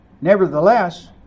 Nevertheless